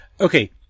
okay